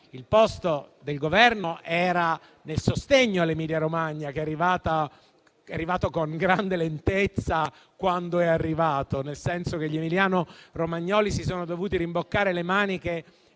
Il posto del Governo era nel sostegno all'Emilia-Romagna che è arrivato con grande lentezza, quando è arrivato, nel senso che gli emiliano-romagnoli si sono dovuti rimboccare le maniche